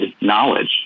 knowledge